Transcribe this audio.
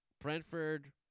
Brentford